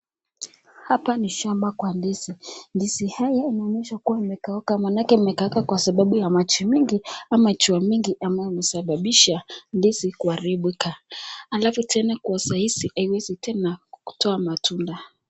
Hapa ni shamba kwa ndizi, ndizi haya inaonyesha kua imekauka, manake imekauka kwa sababu ya maji mingi ama jua mingi ambayo husababisha ndizi kuharibika. Alafu tena kwa saa hizi haiwezi tena kutoa matunda.